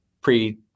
pre